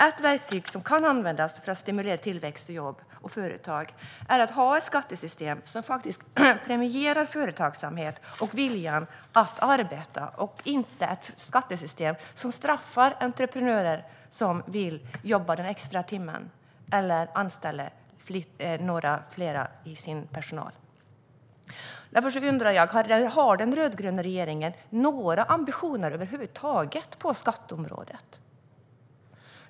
Ett verktyg som kan användas för att stimulera tillväxt av jobb och företag är att ha ett skattesystem som premierar företagsamhet och viljan att arbeta och inte ett skattesystem som straffar entreprenörer som vill jobba den extra timmen eller anställa några fler i sin personal. Därför undrar jag: Har den rödgröna regeringen några ambitioner över huvud taget på skatteområdet?